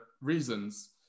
reasons